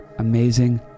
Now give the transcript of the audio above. Amazing